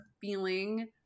feeling